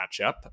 matchup